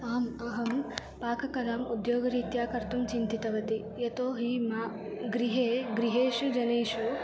आम् अहं पाककलाम् उद्योगरीत्या कर्तुं चिन्तितवती यतोऽहि म गृहे गृहेषु जनेषु